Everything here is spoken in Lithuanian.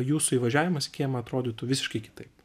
jūsų įvažiavimas į kiemą atrodytų visiškai kitaip